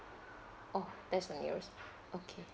oh that's the nearest okay